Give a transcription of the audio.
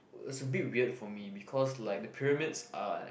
is a bit weird for me because like the pyramids are